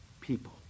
people